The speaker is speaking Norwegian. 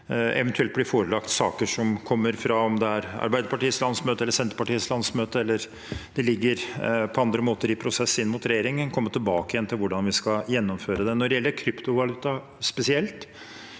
eventuelt bli forelagt saker som kommer fra f.eks. Arbeiderpartiets landsmøte, fra Senterpartiets landsmøte eller som på andre måter ligger i prosess inn mot regjeringen, og vi kommer tilbake til hvordan vi skal gjennomføre det. Når det gjelder kryptovaluta spesielt,